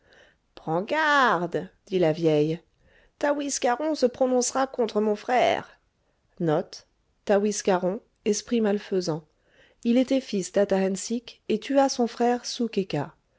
prends garde dit la vieille taouiskaron se prononcera contre mon frère malfaisant il était fils d'atahensic et tua son frère